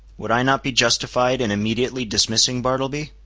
would i not be justified in immediately dismissing bartleby?